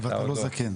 אבל אתה לא זקן.